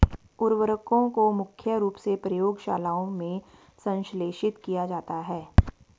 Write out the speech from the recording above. उर्वरकों को मुख्य रूप से प्रयोगशालाओं में संश्लेषित किया जाता है